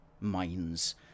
minds